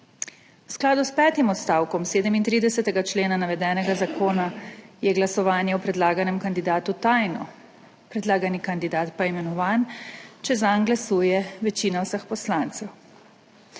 skladu s petim odstavkom 37. člena navedenega zakona je glasovanje o predlaganem kandidatu tajno, predlagani kandidat pa imenovan, če zanj glasuje večina vseh poslancev.